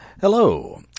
Hello